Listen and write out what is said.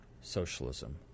socialism